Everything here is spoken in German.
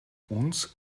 uns